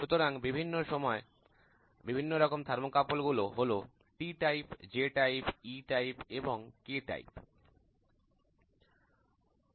সুতরাং বিভিন্ন রকম থার্মোকাপল গুলো হল T ধরণ J ধরন E ধরণ এবং K ধরন T type J type E type এবং K type